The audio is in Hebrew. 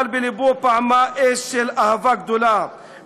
אבל בלבו פעמה אש של אהבה גדולה,